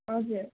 हजुर